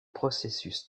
processus